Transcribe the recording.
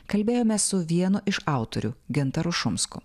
kalbėjomės su vienu iš autorių gintaru šumsku